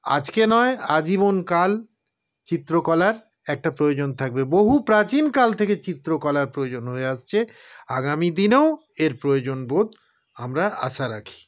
আজকে নয় আজীবনকাল চিত্রকলার একটা প্রয়োজন থাকবে বহু প্রাচীনকাল থেকে চিত্রকলার প্রয়োজন হয়ে আসছে আগামীদিনেও এর প্রয়োজন বোধ আমরা আশা রাখি